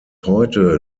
heute